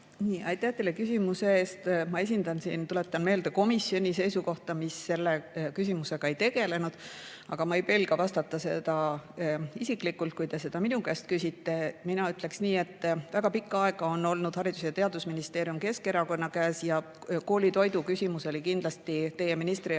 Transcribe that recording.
Aitäh teile küsimuse eest! Ma esindan siin, tuletan meelde, komisjoni seisukohta. Komisjon selle küsimusega ei tegelenud. Aga ma ei pelga vastata isiklikult, kui te seda minu käest küsite. Mina ütleksin nii, et väga pikka aega on olnud Haridus‑ ja Teadusministeeriumi [juhtimine] Keskerakonna käes ja koolitoidu küsimus oli kindlasti teie ministri